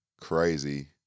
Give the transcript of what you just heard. crazy